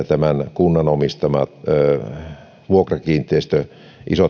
kunnan omistamat isot vuokrakiinteistöt